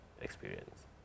experience